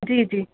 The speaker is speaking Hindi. जी जी